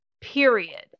period